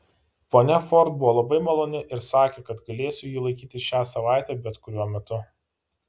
ponia ford buvo labai maloni ir sakė kad galėsiu jį laikyti šią savaitę bet kuriuo metu